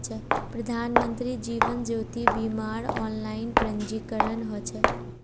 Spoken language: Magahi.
प्रधानमंत्री जीवन ज्योति बीमार ऑनलाइन पंजीकरण ह छेक